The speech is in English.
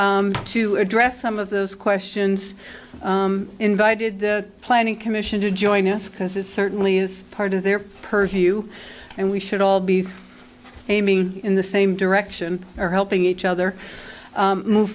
planning to address some of those questions invited the planning commission to join us because it certainly is part of their purview and we should all be aiming in the same direction or helping each other move